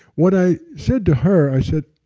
what i said to her, i said,